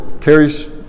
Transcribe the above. carries